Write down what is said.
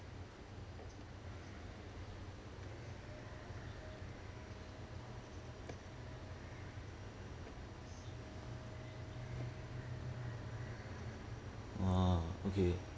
oh okay